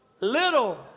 little